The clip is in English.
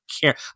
care